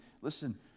listen